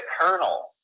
kernel